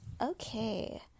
Okay